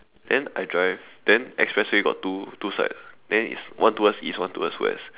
then I drive then expressway got two two side then it's one towards east one towards West